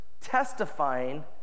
testifying